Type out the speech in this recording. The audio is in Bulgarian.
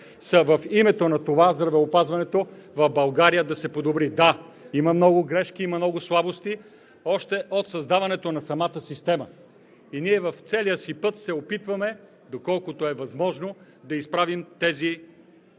са в името на това здравеопазването в България да се подобри. Да, има много грешки, има много слабости още от създаването на самата система и ние в целия си път се опитваме, доколкото е възможно, да изправим тези,